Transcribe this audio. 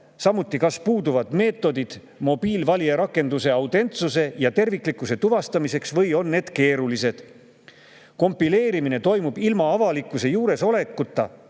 samuti kas puuduvad meetodid mobiilvalijarakenduse autentsuse ja tervikluse tuvastamiseks või on need keerulised. Kompileerimine toimub ilma avalikkuse juuresolekuta